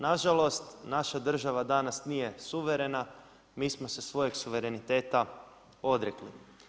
Nažalost naša država danas nije suverena, mi smo se svojeg suvereniteta odrekli.